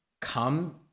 come